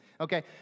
Okay